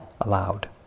allowed